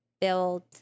build